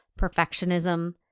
perfectionism